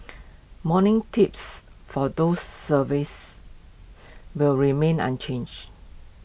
morning tips for those services will remain unchanged